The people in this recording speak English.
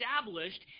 established